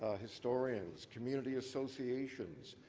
ah historians, community associations,